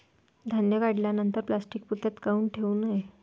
धान्य काढल्यानंतर प्लॅस्टीक पोत्यात काऊन ठेवू नये?